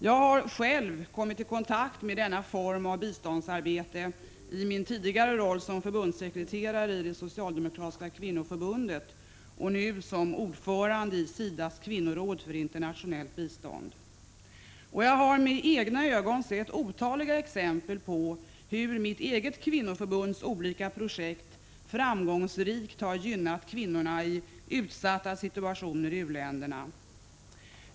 Jag har själv kommit i kontakt med denna form av biståndsarbete i min tidigare roll som förbundssekreterare i det socialdemokratiska kvinnoförbundet och nu som ordförande i SIDA:s kvinnoråd för internationellt bistånd. Jag har med egna ögon sett otaliga exempel på hur mitt eget kvinnoförbunds olika projekt framgångsrikt har gynnat kvinnorna i utsatta situationer i u-länderna.